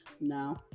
No